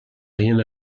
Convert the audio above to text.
rien